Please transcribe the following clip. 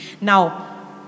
Now